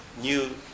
new